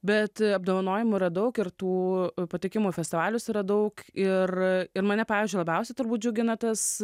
bet apdovanojimų yra daug ir tų patekimų į festivalius yra daug ir ir mane pavyzdžiui labiausiai turbūt džiugina tas